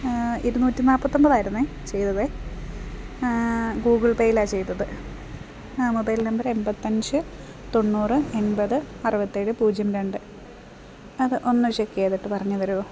ഇരുന്നൂറ്റി നാൽപ്പത്തൊൻപതായിരുന്നേ ചെയ്തതേ ഗൂഗിൾ പേയിലാണ് ചെയ്തത് ആ മൊബൈൽ നമ്പർ എൺപത്തഞ്ച് തൊണ്ണൂറ് എൺപത് അറുപത്തേഴ് പൂജ്യം രണ്ട് അത് ഒന്ന് ചെക്ക് ചെയ്തിട്ട് പറഞ്ഞു തരുമോ